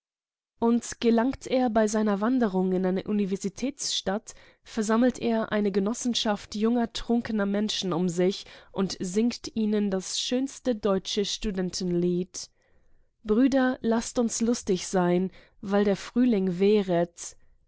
und tulipan gelangt er bei seiner wanderung in eine universitätsstadt versammelt er eine genossenschaft junger trunkener menschen um sich und singt ihnen das schönste deutsche studentenlied bruder laßt uns lustig sein weil der frühling währet